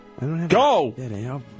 Go